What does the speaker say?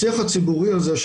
השיח הציבורי הזה,